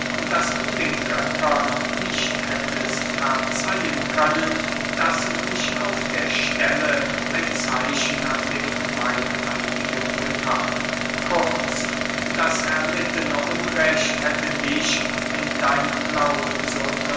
daß du den göttern nicht hättest verzeihen können daß sie nicht auf der stelle ein zeichen an dem meineidigen gethan kurz das erlittene unrecht hätte dich in deinem glauben so